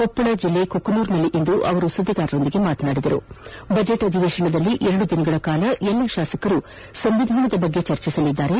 ಕೊಪ್ಪಳ ಜಿಲ್ಲೆಯ ಕುಕನೂರಿನಲ್ಲಿಂದು ಸುದ್ದಿಗಾರೊಂದಿಗೆ ಮಾತನಾಡಿದ ಅವರು ಬಜೆಟ್ ಅಧಿವೇಶನದಲ್ಲಿ ಎರಡು ದಿನಗಳ ಕಾಲ ಎಲ್ಲ ಶಾಸಕರು ಸಂವಿಧಾನದ ಬಗ್ಗೆ ಚರ್ಚಿಸಲಿದ್ದಾರೆ